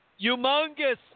Humongous